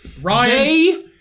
Ryan